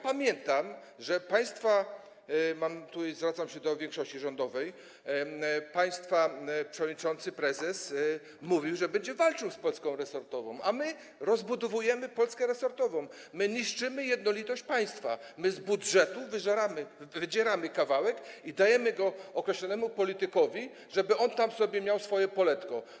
Pamiętam, że - tutaj zwracam się do większości rządowej - państwa przewodniczący, prezes mówił, że będzie walczył z Polską resortową, a my rozbudowujemy Polskę resortową, niszczymy jednolitość państwa, z budżetu wydzieramy kawałek i dajemy go określonemu politykowi, żeby on tam sobie miał swoje poletko.